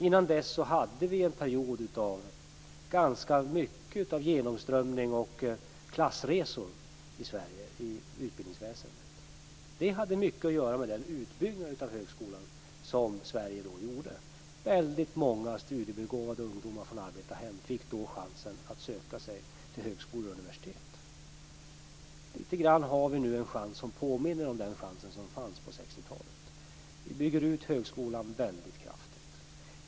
Innan dess hade vi en period med ganska mycket genomströmning och många klassresor i utbildningsväsendet i Sverige. Det hade mycket att göra med den utbyggnad av högskolan som Sverige då gjorde. Väldigt många studiebegåvade ungdomar från arbetarhem fick då chansen att söka sig till högskolor och universitet. Nu har vi en chans som lite grann påminner om den chans som fanns på 60-talet. Vi bygger ut högskolan väldigt kraftigt.